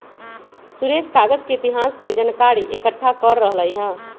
सुरेश कागज के इतिहास के जनकारी एकट्ठा कर रहलई ह